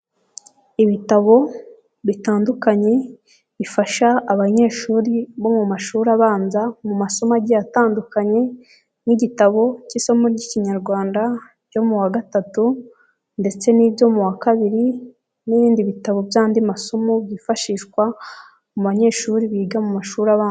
Ibitabo bitandukanye bifasha abanyeshuri bo mu mashuri abanza mu masomo agiye atandukanye, nk'igitabo cy'isomo ry'ikinyarwanda ryo mu wa gatatu, ndetse n'ibyo mu wa kabiri n'ibindi bitabo by'andi masomo byifashishwa mu banyeshuri biga mu mashuri abanza.